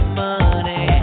money